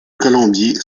colombier